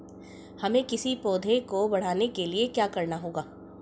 हमें किसी पौधे को बढ़ाने के लिये क्या करना होगा?